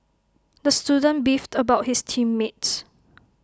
the student beefed about his team mates